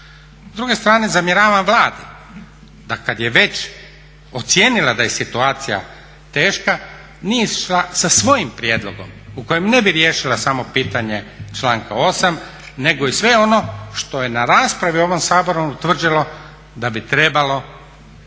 S druge strane zamjeram Vladi da kad je već ocijenila da je situacija teška nije izašla sa svojim prijedlogom u kojem ne bi riješila samo pitanje članka 8. nego i sve ono što je na raspravi u ovom Saboru utvrđeno da bi trebalo